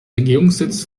regierungssitz